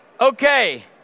Okay